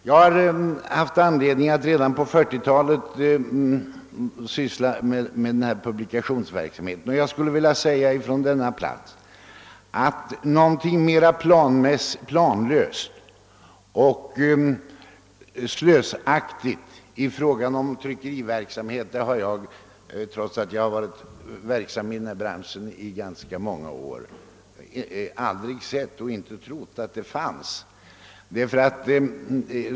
Jag hade anledning att syssla med denna publikationsverksamhet redan på 1940-talet, och jag vill från denna plats framhålla att något mera planlöst och slösaktigt i fråga om trycksaksproduktion har jag aldrig sett eller trott finnas till, trots att jag varit verksam i branschen ganska många år.